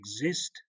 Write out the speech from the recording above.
exist